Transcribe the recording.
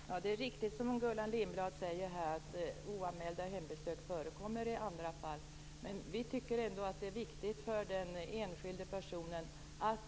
Fru talman! Det är riktigt som Gullan Lindblad säger här att oanmälda hembesök förekommer i andra fall, men vi tycker ändå att det är viktigt för den enskilde personen att